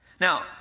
Now